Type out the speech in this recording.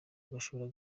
gashora